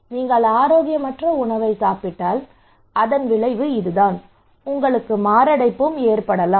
நீங்கள் ஆரோக்கியமற்ற உணவை சாப்பிட்டால் இதன் விளைவு இதுதான் உங்களுக்கு மாரடைப்பு வரும்